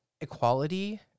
equality